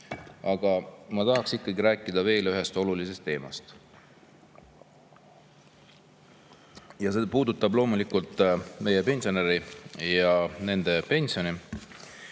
Aga ma tahan rääkida veel ühest olulisest teemast ja see puudutab loomulikult meie pensionäre ja nende pensione.